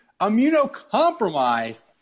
immunocompromised